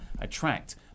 attract